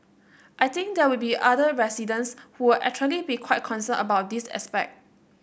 I think there will be other residents who will actually be quite concerned about this aspect